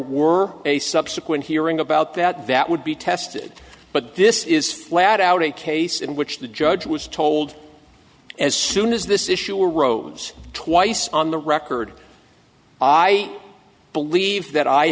were a subsequent hearing about that that would be tested but this is flat out a case in which the judge was told as soon as this issue arose twice on the record i believe that i